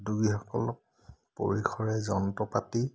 উদ্যোগীসকলক পৰিসৰে যন্ত্ৰ পাতি